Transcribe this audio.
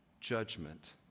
judgment